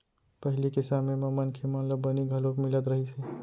पहिली के समे म मनखे मन ल बनी घलोक मिलत रहिस हे